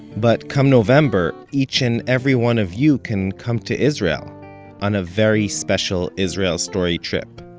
but come november, each and every one of you can come to israel on a very special israel story trip.